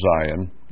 Zion